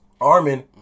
Armin